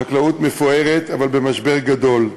חקלאות מפוארת, אבל במשבר גדול.